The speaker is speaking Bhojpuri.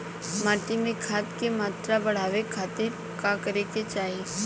माटी में खाद क मात्रा बढ़ावे खातिर का करे के चाहीं?